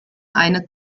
eine